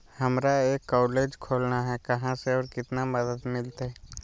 हमरा एक कॉलेज खोलना है, कहा से और कितना मदद मिलतैय?